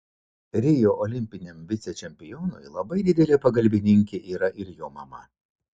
rio olimpiniam vicečempionui labai didelė pagalbininkė yra ir jo mama